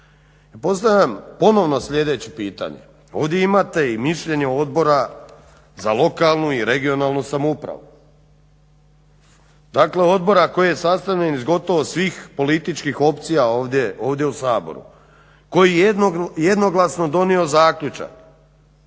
Postavljam ponovno sljedeće pitanje, ovdje imate i mišljenje Odbora za lokalnu i regionalnu samoupravu, dakle odbora koji je sastavljen iz gotovo svih političkih opcija ovdje u Saboru, koji je jednoglasno donio zaključak